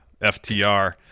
FTR